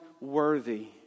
worthy